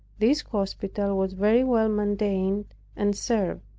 this hospital was very well maintained and served.